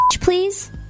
please